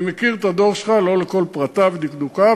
אני מכיר את הדוח שלך לא לכל פרטיו ודקדוקיו,